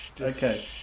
Okay